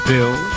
Bill